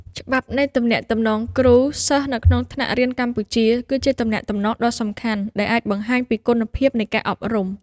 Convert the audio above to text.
ច្បាប់នៃទំនាក់ទំនងគ្រូ សិស្សនៅក្នុងថ្នាក់រៀនកម្ពុជា គឺជាទំនាក់ទំនងដ៏សំខាន់ដែលអាចបង្ហាញពីគុណភាពនៃការអប់រំ។